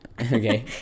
Okay